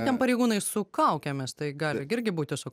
ten pareigūnai su kaukėmis tai gali irgi būti su